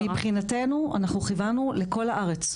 מבחינתנו, אנחנו כיוונו לכל הארץ.